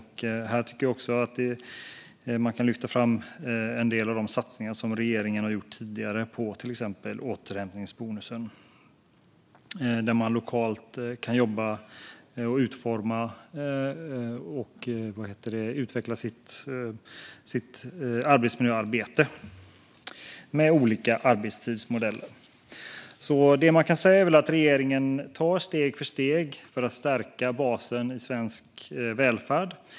Här tycker jag att man också kan lyfta fram en del av de satsningar som regeringen har gjort tidigare på till exempel återhämtningsbonusen, som innebär att man lokalt kan jobba med att utforma och utveckla sitt arbetsmiljöarbete med olika arbetstidsmodeller. Regeringen tar steg efter steg för att stärka basen i svensk välfärd.